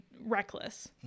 reckless